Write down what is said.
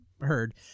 heard